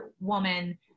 woman